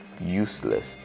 useless